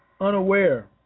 unaware